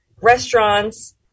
restaurants